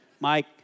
Mike